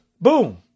Boom